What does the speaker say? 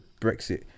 brexit